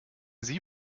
sie